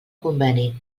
conveni